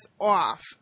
off